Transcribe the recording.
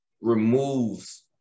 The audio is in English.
removes